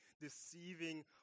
deceiving